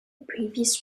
previous